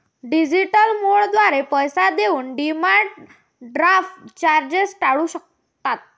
digital मोडद्वारे पैसे देऊन डिमांड ड्राफ्ट चार्जेस टाळू शकता